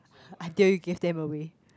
until you give them away